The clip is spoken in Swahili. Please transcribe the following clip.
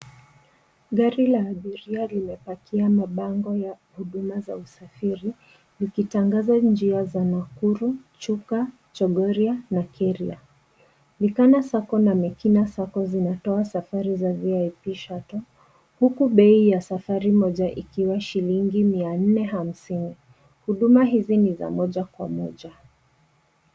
Gari la abiria limepakia mabango ya huduma za usafiri likitangaza njia za Nakuru, Chuka, Chogoria na Keria. Likana sacco na Mekina sacco zinatoa safari za VIP shuttle huku bei ya safari moja ikiwa shilingi mia nne hamsini. Huduma hizi ni za moja kwa moja.